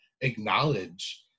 acknowledge